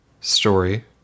story